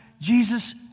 Jesus